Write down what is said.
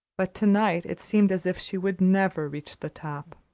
but to-night it seemed as if she would never reach the top.